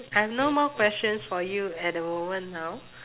I have no more questions for you at the moment now